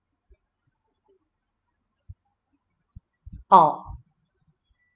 orh